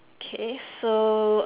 K so